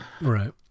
Right